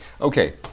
Okay